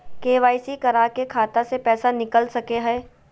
KYC करा के खाता से पैसा निकल सके हय?